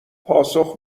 پاسخ